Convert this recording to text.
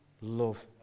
love